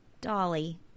Dolly